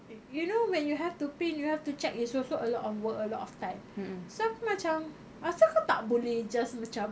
you you know you have to print you have to check it's also a lot of work a lot of time so aku macam asal kau tak boleh just macam